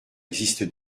existe